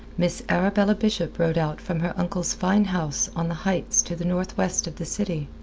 miss arabella bishop rode out from her uncle's fine house on the heights to the northwest of the city.